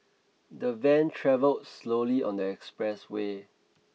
the van travelled slowly on the expressway